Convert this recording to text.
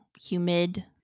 humid